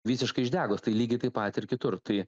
visiškai išdegus tai lygiai taip pat ir kitur tai